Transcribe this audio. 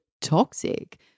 toxic